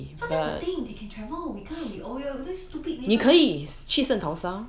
so that's the thing they can travel we can't we are on this stupid little